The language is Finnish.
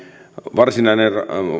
varsinainen